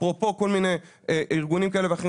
אפרופו: כל מיני ארגונים כאלה ואחרים